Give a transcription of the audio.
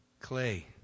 clay